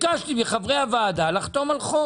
ביקשתי מחברי הוועדה לחתום על חוק